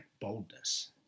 boldness